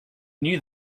know